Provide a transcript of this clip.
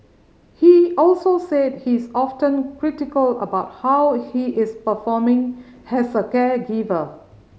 he also said he is often critical about how he is performing as a caregiver